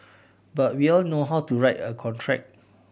but we all know how to write a contract